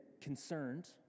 concerned